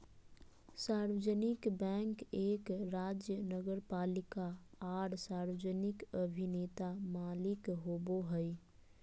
सार्वजनिक बैंक एक राज्य नगरपालिका आर सार्वजनिक अभिनेता मालिक होबो हइ